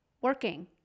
working